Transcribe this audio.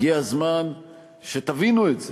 הגיע הזמן שתבינו את זה.